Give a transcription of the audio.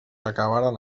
acabaren